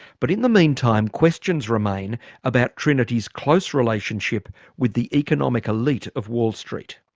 but in the meantime questions remain about trinity's close relationship with the economic elite of wall st.